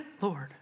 Lord